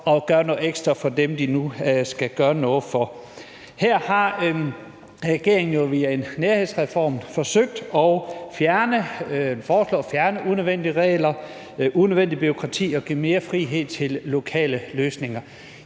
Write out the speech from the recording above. at gøre noget ekstra for dem, de nu skal gøre noget for. Her har regeringen jo via en nærhedsreform foreslået at fjerne unødvendige regler, unødvendigt bureaukrati og give mere frihed til lokale løsninger.